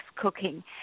cooking